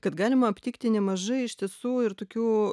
kad galima aptikti nemažai iš tiesų ir tokių